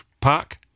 park